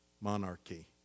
monarchy